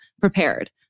prepared